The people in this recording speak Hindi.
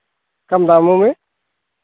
कम दामों में